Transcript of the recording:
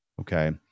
Okay